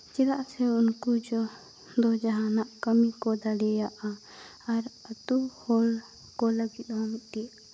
ᱪᱮᱫᱟᱜ ᱥᱮ ᱩᱱᱠᱩ ᱡᱮ ᱟᱫᱚ ᱡᱟᱦᱟᱱᱟᱜ ᱠᱟᱹᱢᱤ ᱠᱚ ᱫᱟᱲᱮᱭᱟᱜᱼᱟ ᱟᱨ ᱟᱛᱳ ᱦᱚᱲ ᱠᱚ ᱞᱟᱹᱜᱤᱫ ᱦᱚᱸ ᱢᱤᱫᱴᱤᱡ